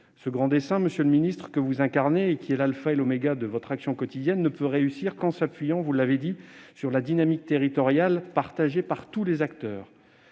ce grand dessein que vous incarnez, lequel est l'alpha et l'oméga de votre action quotidienne, ne peut réussir que si l'on s'appuie- vous l'avez dit -sur la dynamique territoriale partagée par tous les acteurs.